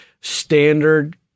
standard